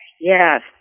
Yes